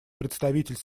представитель